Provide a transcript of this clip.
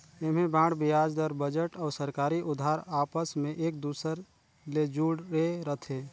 ऐम्हें बांड बियाज दर, बजट अउ सरकारी उधार आपस मे एक दूसर ले जुड़े रथे